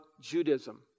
Judaism